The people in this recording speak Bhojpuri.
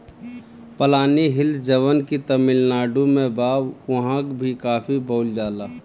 पलानी हिल्स जवन की तमिलनाडु में बा उहाँ भी काफी बोअल जाला